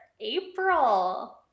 April